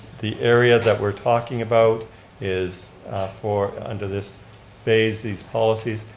the area that we're talking about is for, under this phase, these policies,